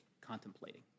contemplating